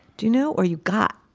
do you know, or you got